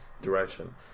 direction